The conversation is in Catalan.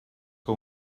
que